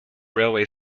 railway